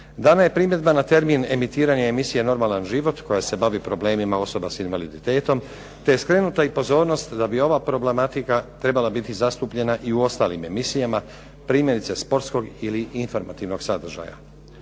Dana je primjedba na termin emitiranja emisije "Normalan život" koja se bavi problemima osoba s invaliditetom te je skrenuta i pozornost da bi ova problematika trebala biti zastupljena i u ostalim emisijama, primjerice sportskog ili informativnog sadržaja.